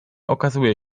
okazuje